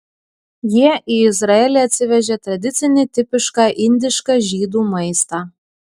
jie į izraelį atsivežė tradicinį tipišką indišką žydų maistą